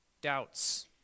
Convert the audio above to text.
Doubts